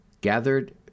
gathered